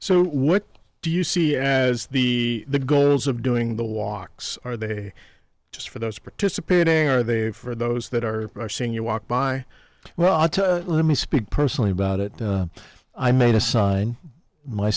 so what do you see as the goals of doing the walks are they just for those participating or are they for those that are seeing you walk by well let me speak personally about it i made a sign my